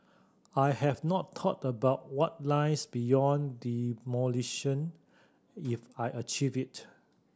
I have not thought about what lies beyond demolition if I achieve it